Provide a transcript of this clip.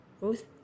Ruth